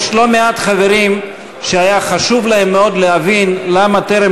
יש לא מעט חברים שהיה להם חשוב מאוד להבין למה טרם